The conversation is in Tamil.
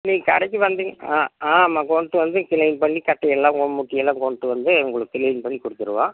நீங்கள் கடைக்கு வந்தீங்க ஆ ஆமாம் கொண்டுட்டு வந்து க்ளீன் பண்ணி கட்டையெல்லாம் முட்டியெல்லாம் கொண்டுட்டு வந்து உங்களுக்கு க்ளீன் பண்ணிக் கொடுத்துருவேன்